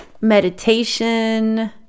meditation